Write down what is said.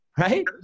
right